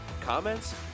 Comments